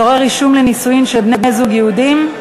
(אזורי רישום לנישואין של בני-זוג יהודים),